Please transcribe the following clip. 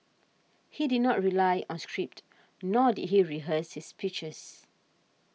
he did not rely on script nor did he rehearse his speeches